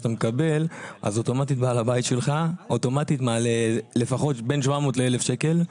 שאתה מקבל אז אוטומטית בעל הבית שלך מעלה בין 700 ל-1,000 שקל,